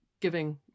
Giving